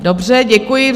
Dobře, děkuji.